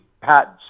Patents